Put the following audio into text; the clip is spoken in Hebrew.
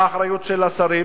מה האחריות של השרים?